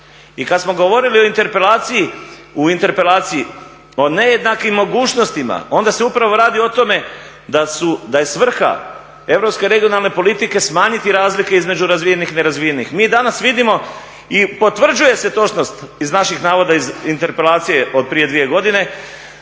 I kad smo govorili u interpelaciji o nejednakim mogućnostima, onda se upravo radi o tome da je svrha Europske regionalne politike smanjiti razlike između razvijenih i nerazvijenih. Mi danas vidimo i potvrđuje se točnost iz naših navoda iz interpelacije od prije 2 godine,